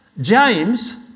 James